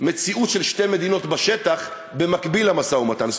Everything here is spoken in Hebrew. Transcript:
מציאות של שתי מדינות בשטח במקביל למשא-ומתן,